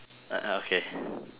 a'ah okay